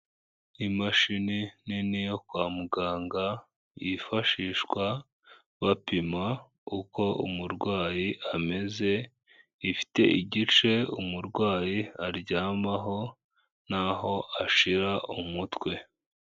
Imashini nini yo kwa muganga yifashishwa bapima uko umurwayi ameze, ifite igice umurwayi aryamaho naho ashira umutwe.